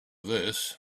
this